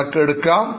നിങ്ങൾക്ക് എടുക്കാം